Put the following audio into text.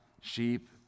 sheep